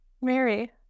Mary